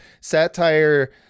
satire